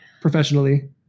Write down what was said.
professionally